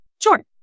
Sure